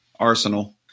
Arsenal